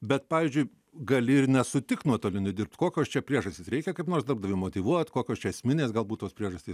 bet pavyzdžiui gali ir nesutikti nuotoliu nudirbt kokios čia priežastys reikia kaip nors darbdaviui motyvuot kokios čia esminės galbūt tos priežastys